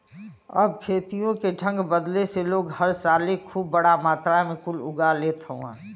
अब खेतियों के ढंग बदले से लोग हर साले खूब बड़ा मात्रा मे कुल उगा लेत हउवन